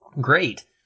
great